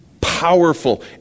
powerful